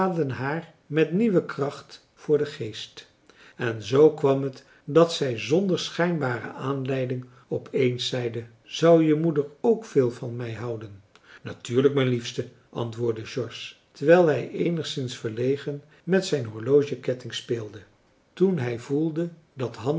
haar met nieuwe kracht voor den geest en zoo kwam t dat zij zonder schijnbare aanleiding op eens zeide zou je moeder ook veel van mij houden natuurlijk mijn liefste antwoordde george terwijl hij eenigszins verlegen met zijn horlogeketting speelde toen hij voelde dat hanna's